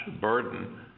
burden